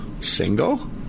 single